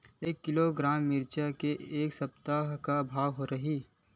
एक किलोग्राम मिरचा के ए सप्ता का भाव रहि?